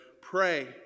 Pray